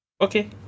Okay